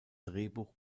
drehbuch